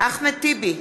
אחמד טיבי,